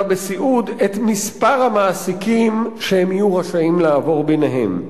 בסיעוד את מספר המעסיקים שהם יהיו רשאים לעבור ביניהם.